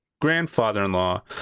grandfather-in-law